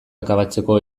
akabatzeko